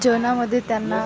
जेवणामध्ये त्यांना